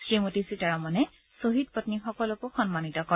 শ্ৰীমতী সীতাৰমণে ছহিদ পন্নীসকলকো সন্মানিত কৰে